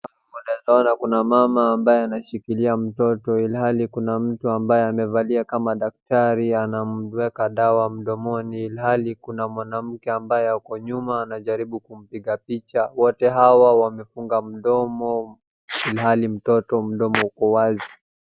Kuna mama ambaye anashikilia mtoto ilhali kuna mtu ambaye amevalia kama daktari anamweka dawa mdomoni ilhali kuna mwanamke ambaye ako nyuma anajaribu kumpiga picha. Wote hawa wamefunga mdomo ilhali mtoto mdomo uko wazi.